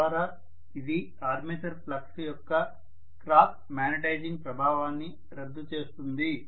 తద్వారా ఇది armature flux యొక్క క్రాస్ మాగ్నెటైజింగ్ ప్రభావాన్ని రద్దు చేస్తుంది